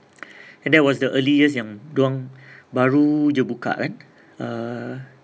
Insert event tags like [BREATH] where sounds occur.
[BREATH] and that was the earliest yang dorang [BREATH] baru jer buka kan err